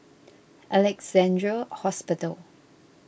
Alexandra Hospital